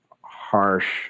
harsh